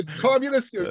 Communists